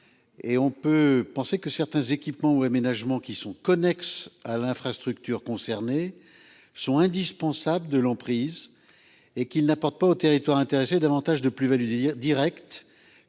Et on peut penser que certains équipements ou aménagements qui sont connexes à l'infrastructure concernés sont indispensables de l'emprise. Et qu'il n'apporte pas au territoire intéresser davantage de plus values Didier